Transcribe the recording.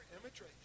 imagery